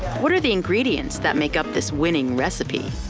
what are the ingredients that make up this winning recipe?